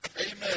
Amen